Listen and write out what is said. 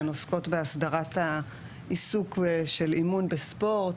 הן עוסקות בהסדרת העיסוק של אימון בספורט.